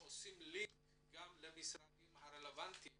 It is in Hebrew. עושים לינק גם למשרדים הרלבנטיים